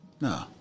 No